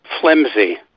flimsy